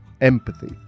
empathy